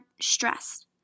stressed